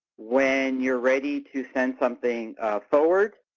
when you are ready to send something forward,